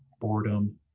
Boredom